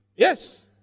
Yes